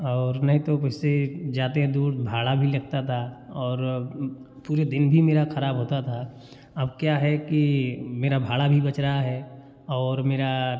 और नहीं तो फिर से जाते हैं भाड़ा भी लगता था और पूरे दिन भी मेरा ख़राब होता था अब क्या है कि मेरा भाड़ा भी बच रहा है और मेरा